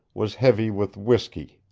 was heavy with whiskey.